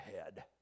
ahead